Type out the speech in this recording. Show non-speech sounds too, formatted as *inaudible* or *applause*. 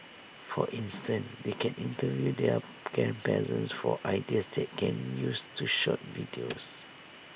for instance they can interview their grandparents for ideas that they can use to shoot videos *noise*